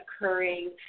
occurring